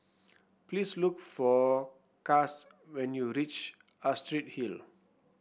please look for Cass when you reach Astrid Hill